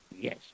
Yes